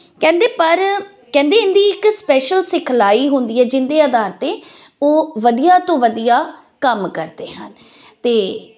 ਕਹਿੰਦੇ ਪਰ ਕਹਿੰਦੇ ਇਹ ਦੀ ਇੱਕ ਸਪੈਸ਼ਲ ਸਿਖਲਾਈ ਹੁੰਦੀ ਹ ਜਿਹਦੇ ਆਧਾਰ ਤੇ ਉਹ ਵਧੀਆ ਤੋਂ ਵਧੀਆ ਕੰਮ ਕਰਦੇ ਹਨ ਤੇ